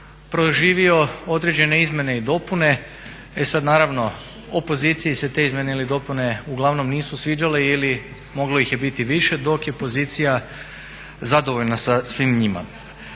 proživio određene izmjene i dopune. E sad naravno, opoziciji se te izmjene ili dopune uglavnom nisu sviđale ili moglo ih je biti više, dok je pozicija zadovoljna sa svim njima.